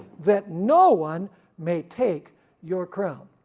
that no one may take your crown.